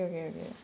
ah okay okay okay